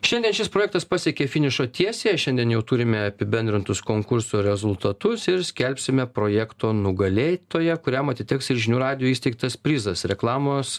šiandien šis projektas pasiekė finišo tiesiąją šiandien jau turime apibendrintus konkurso rezultatus ir skelbsime projekto nugalėtoją kuriam atiteks ir žinių radijo įsteigtas prizas reklamos